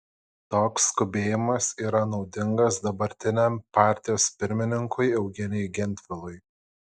toks skubėjimas yra naudingas dabartiniam partijos pirmininkui eugenijui gentvilui